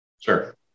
Sure